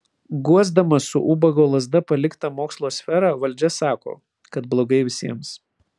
guosdama su ubago lazda paliktą mokslo sferą valdžia sako kad blogai visiems